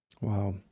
Wow